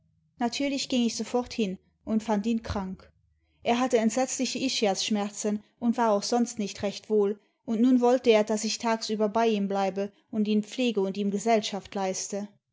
natürlich ging ich sofort hin und fand ihn krank er hatte entsetzliche ischiasschmerzen und war auch sonst nicht recht wohl und nun wollte er daß ich tagsüber bei ihm bleibe imd ihn pflege und ihm gesellschaft leiste